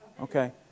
Okay